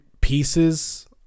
pieces